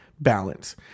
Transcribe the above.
Balance